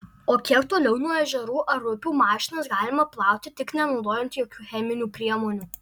o kiek toliau nuo ežerų ar upių mašinas galima plauti tik nenaudojant jokių cheminių priemonių